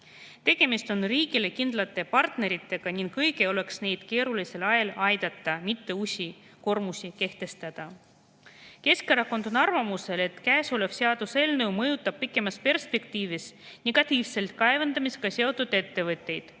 Tegemist on riigi kindlate partneritega ning õige oleks neid keerulisel ajal aidata, mitte uusi koormisi kehtestada. Keskerakond on arvamusel, et käesolev seaduseelnõu mõjutab kaevandamisega seotud ettevõtteid